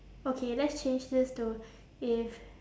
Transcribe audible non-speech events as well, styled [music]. okay let's change this to [breath] if